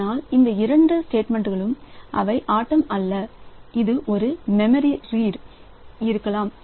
ஆனால் இந்த இரண்டு ஸ்டேட்மெண்ட் களும் அவை ஆட்டம் அல்ல இது ஒரு மெமரி ரிட் இருக்கலாம்